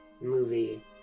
movie